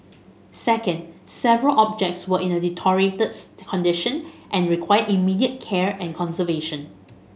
second several objects were in a deteriorated condition and required immediate care and conservation